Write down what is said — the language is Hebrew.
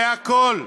זה הכול.